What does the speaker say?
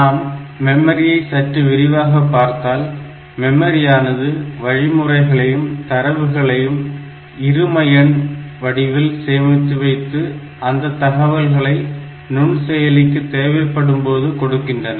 நாம் மெமரியை சற்று விரிவாக பார்த்தால் மெமரியானது வழிமுறைகளையும் தரவுகளையும் இருமஎண் வடிவில் சேமித்து வைத்து அந்த தகவல்களை நுண்செயலிக்கு தேவைப்படும்போது கொடுக்கின்றன